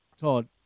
Todd